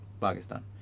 Pakistan